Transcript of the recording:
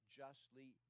justly